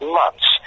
months